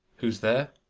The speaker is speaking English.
who's there?